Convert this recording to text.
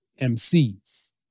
MCs